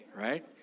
right